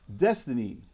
Destiny